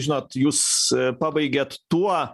žinot jūs pabaigėt tuo